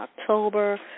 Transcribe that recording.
October